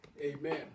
Amen